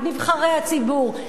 את נבחרי הציבור,